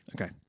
Okay